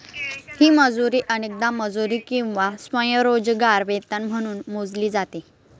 ही मजुरी अनेकदा मजुरी किंवा स्वयंरोजगार वेतन म्हणून मोजली जाते